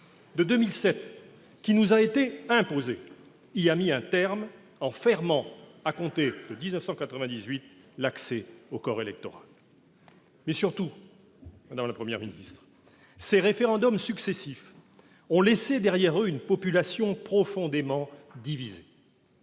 de 2007, qui nous a été imposée, y a mis un terme, en fermant à compter de 1998 l'accès à ce corps électoral. Mais, surtout, madame la Première ministre, ces référendums successifs ont laissé derrière eux une population profondément divisée.